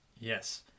Yes